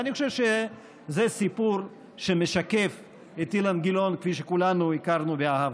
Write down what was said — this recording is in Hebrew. אני חושב שזה סיפור שמשקף את אילן גילאון כפי שכולנו הכרנו ואהבנו.